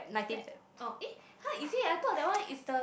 Feb oh eh !huh! is it I thought that one is the